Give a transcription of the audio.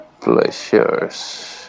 pleasures